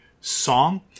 song